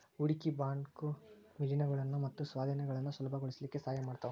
ಹೂಡ್ಕಿ ಬ್ಯಾಂಕು ವಿಲೇನಗಳನ್ನ ಮತ್ತ ಸ್ವಾಧೇನಗಳನ್ನ ಸುಲಭಗೊಳಸ್ಲಿಕ್ಕೆ ಸಹಾಯ ಮಾಡ್ತಾವ